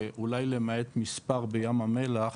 אולי למעט מספר בים המלח,